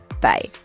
Bye